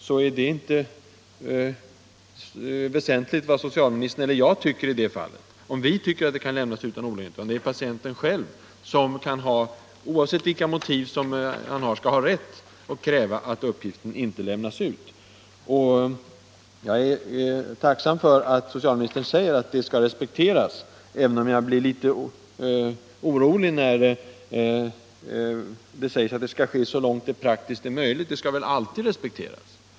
Men det väsentliga är inte om socialministern eller jag tycker att en viss information kan lämnas utan olägenhet, utan det är patienten själv som, oavsett vilka motiv han har, skall ha rätt att kräva att uppgiften inte lämnas ut. Jag är tacksam för att socialministern säger att en sådan önskan skall respekteras. även om jag blir litet orolig när socialministern säger att det skall ske så långt det praktiskt är möjligt. Den skall väl alltid respekteras?